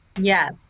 Yes